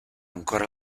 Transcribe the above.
ancora